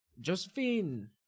josephine